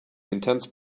intense